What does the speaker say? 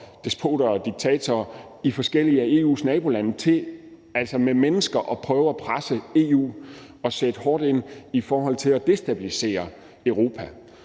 despoter og diktatorer i forskellige af EU's nabolande til at prøve at presse EU og sætte hårdt ind for at destabilisere Europa.